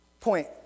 point